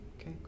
Okay